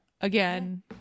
again